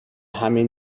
همین